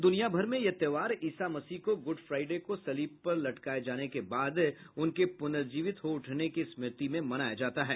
दुनिया भर में यह त्योहार ईसा मसीह को गुड फ्राइडे को सलीब पर लटकाये जाने के बाद उनके पुनर्जीवित हो उठने की स्मृति में मनाया जाता है